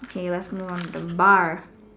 okay let's move on the bar